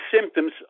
symptoms